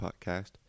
podcast